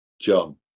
John